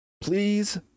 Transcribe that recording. Please